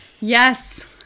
Yes